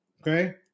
okay